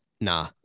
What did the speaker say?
Nah